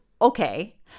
okay